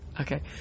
Okay